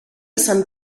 sant